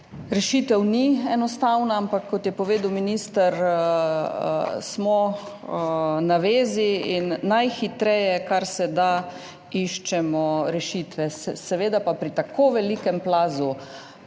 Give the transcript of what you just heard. rešitev ni enostavna, ampak kot je povedal minister, smo na zvezi in najhitreje, kar se da, iščemo rešitve. Seveda pa pri tako velikem plazu,